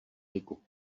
ligu